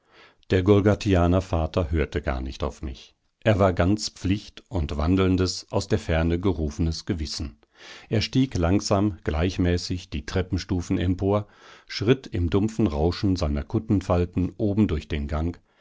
der golgathianer vater hörte gar nicht auf mich er war ganz pflicht und wandelndes aus der ferne gerufenes gewissen er stieg langsam gleichmäßig die treppenstufen empor schritt im dumpfen rauschen seiner kuttenfalten oben durch den gang